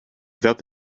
without